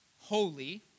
Holy